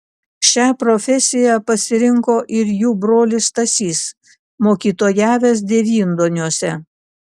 šią profesiją pasirinko ir jų brolis stasys mokytojavęs devynduoniuose